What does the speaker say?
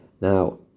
Now